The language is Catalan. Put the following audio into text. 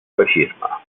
feixisme